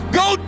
go